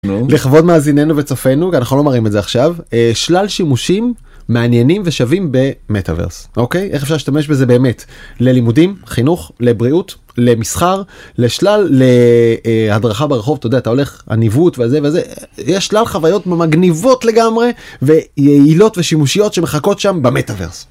לכבוד מאזיננו וצופינו, ואנחנו לא מראים את זה עכשיו, שלל שימושים מעניינים ושווים ב-Metaverse, אוקיי? איך אפשר להשתמש בזה באמת ללימודים, חינוך, לבריאות, למסחר. לשלל... ל.. אה... הדרכה ברחוב.. אתה יודע, אתה הולך, הניווט וזה וזה.. יש שלל חוויות מגניבות לגמרי ויעילות ושימושיות שמחכות שם ב-Metaverse.